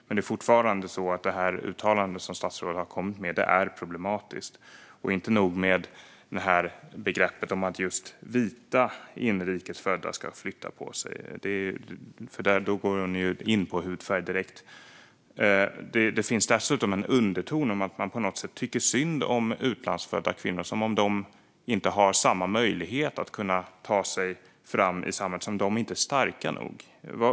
Men det är fortfarande så att uttalandet som statsrådet har kommit med är problematiskt. Inte nog med begreppet att just vita inrikes födda ska flytta på sig, där hon går in direkt på hudfärg - det finns dessutom en underton av att man på något sätt tycker synd om utlandsfödda kvinnor, som om de inte har samma möjlighet att kunna ta sig fram i samhället, som om de inte är starka nog.